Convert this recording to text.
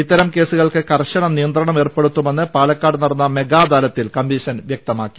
ഇത്തരം കേസുകൾക്ക് കർശന നിയന്ത്രണം ഏർപ്പെടുത്തുമെന്ന് പാലക്കാട് നടന്ന മെഗാ അദാലത്തിൽ കമ്മീഷൻ വ്യെക്തമാക്കി